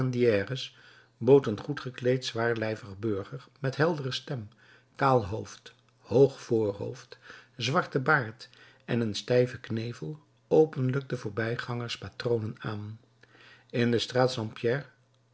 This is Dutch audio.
een goed gekleed zwaarlijvig burger met heldere stem kaal hoofd hoog voorhoofd zwarten baard en een stijven knevel openlijk den voorbijgangers patronen aan in de straat st pierre